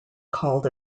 called